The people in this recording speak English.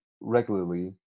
regularly